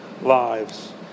lives